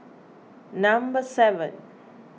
number seven